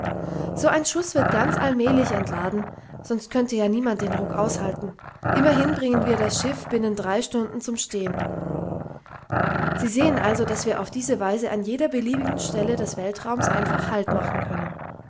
so ein schuß wird ganz allmählich entladen sonst könnte ja niemand den ruck aushalten immerhin bringen wir das schiff binnen drei stunden zum stehen sie sehen also daß wir auf diese weise an jeder beliebigen stelle des weltraums einfach haltmachen können